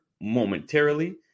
momentarily